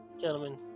gentlemen